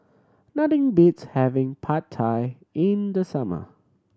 nothing beats having Pad Thai in the summer